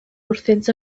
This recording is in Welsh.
wrthynt